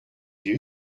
you